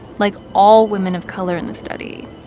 like all women of color in the study,